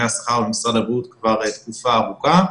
על השכר במשרד הבריאות כבר תקופה ארוכה.